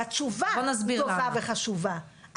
והתשובה היא טובה וחשובה.